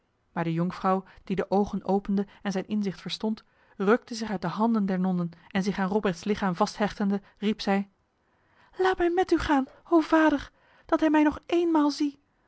maar de jonkvrouw die de ogen opende en zijn inzicht verstond rukte zich uit de handen der nonnen en zich aan robrechts lichaam vasthechtende riep zij laat mij met u gaan o vader dat hij mij nog eenmaal zie